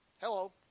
hello